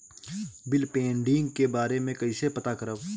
Bill pending के बारे में कईसे पता करब?